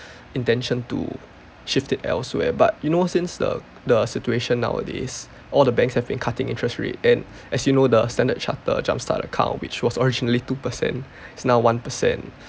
intention to shift it elsewhere but you know since the the situation nowadays all the banks have been cutting interest rate and as you know the standard chartered jumpstart account which was originally two percent is now one percent